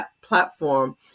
platform